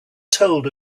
told